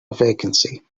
vacancy